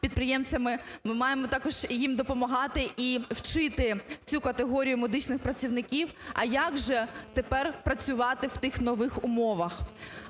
ми маємо також їм допомагати і вчити цю категорію медичних працівників, а як же тепер працювати в тих нових умовах?